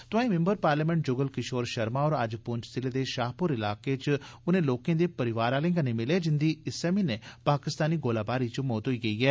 तोआईं member parliament Jugal Kishore Sharma होर अज्ज पुंछ जिले दे शाहपुर इलाके च उनें लाकें दे परिवार आलें कन्नै मिले जिन्दी इस्सै म्हीने पाकिस्तानी गोलाबारी च मौत होई गेई ऐ